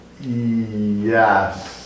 yes